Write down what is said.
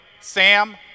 Sam